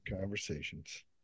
conversations